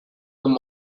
them